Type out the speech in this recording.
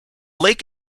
lake